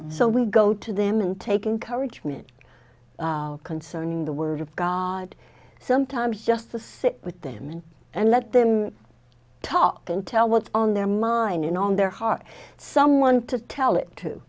so we go to them and take encourage me concerning the word of god sometimes just to sit with them and let them talk and tell what's on their mind and on their heart someone to tell it to